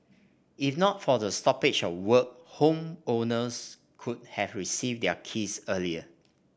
if not for the stoppage of work homeowners could have received their keys earlier